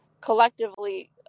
collectively